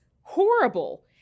horrible